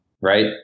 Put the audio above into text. right